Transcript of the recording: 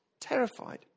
terrified